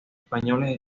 españoles